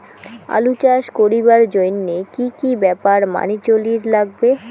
আলু চাষ করিবার জইন্যে কি কি ব্যাপার মানি চলির লাগবে?